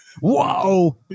Whoa